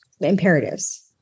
imperatives